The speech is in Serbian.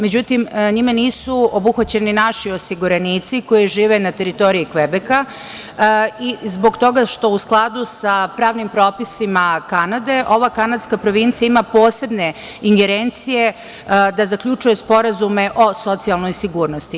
Međutim, njime nisu obuhvaćeni naši osiguranici koji žive na teritoriji Kvebeka i zbog toga što, u skladu sa pravnim propisima Kanade, ova kanadska provincija ima posebne ingerencije da zaključuje sporazume o socijalnoj sigurnosti.